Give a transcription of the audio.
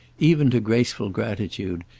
even to graceful gratitude,